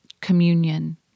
communion